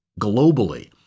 globally